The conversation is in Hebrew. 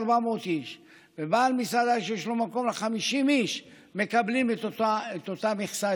איש ובעל מסעדה שיש לו מקום ל-50 מקבלים את אותה מכסה,